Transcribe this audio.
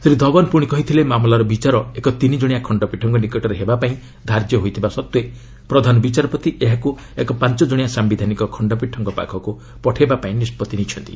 ଶ୍ରୀ ଧଓ୍ୱନ୍ ପୁଣି କହିଥିଲେ ମାମଲାର ବିଚାର ଏକ ତିନି ଜଣିଆ ଖଣ୍ଡପୀଠଙ୍କ ନିକଟରେ ହେବା ପାଇଁ ଧାର୍ଯ୍ୟ ହୋଇଥିବା ସତ୍ତ୍ୱେ ପ୍ରଧାନ ବିଚାରପତି ଏହାକ ଏକ ପାଞ୍ଚ ଜଣିଆ ସାୟିଧାନିକ ଖଣ୍ଡପୀଠଙ୍କ ପାଖକ୍ ପଠାଇବାକୁ ନିଷ୍କଭି ନେଇଛନ୍ତି